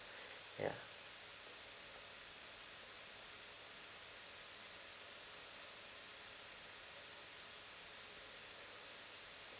ya